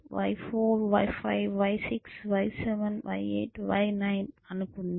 y9 అనుకుందాం